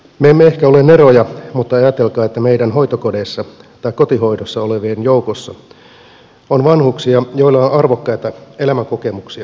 me emme ehkä ole neroja mutta ajatelkaa että meidän hoitokodeissa tai kotihoidossa olevien joukossa on vanhuksia joilla on arvokkaita elämänkokemuksia